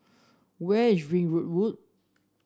where is Ringwood Road